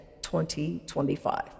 2025